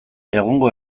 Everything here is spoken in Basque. egungo